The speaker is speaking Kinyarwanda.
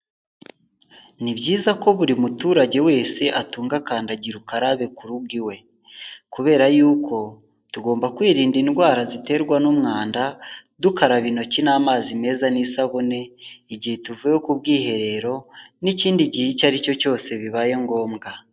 Ni byiza ko buri muturage wese atunga kandagira ukarabe ku rugo iwe, kubera yuko tugomba kwirinda indwara ziterwa n'umwanda, dukaraba intoki n'amazi meza n'isabune, igihe tuvuye ku bwiherero n'ikindi gihe icyo ari cyo cyose bibaye ngombwa.